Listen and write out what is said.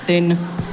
ਤਿੰਨ